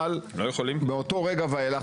אבל מאותו רגע ואילך,